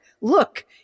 look